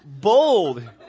Bold